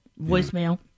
voicemail